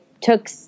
took